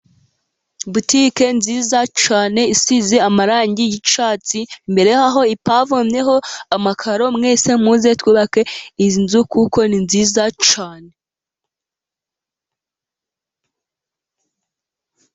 Butike nziza cyane isize amarangi y'icyatsi, imbere yaho ipavomyeho amakaro, mwese muze twubake izi nzu kuko ni nziza cyane.